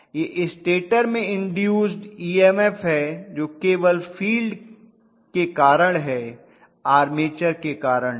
यह स्टेटर में induced EMF है जो केवल फील्ड के कारण है आर्मेचर के कारण नहीं